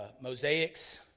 mosaics